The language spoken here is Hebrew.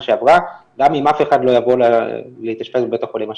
שעברה גם אם אף אחד לא יבוא להתאשפז בבית החולים השנה.